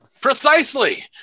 Precisely